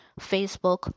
Facebook